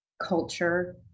culture